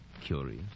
curious